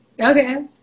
okay